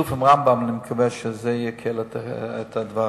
ובשיתוף עם "רמב"ם" אני מקווה שזה יקל את הדבר.